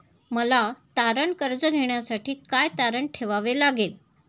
मला तारण कर्ज घेण्यासाठी काय तारण ठेवावे लागेल?